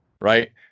right